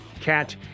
Cat